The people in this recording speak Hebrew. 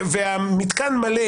המתקן מלא,